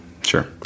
Sure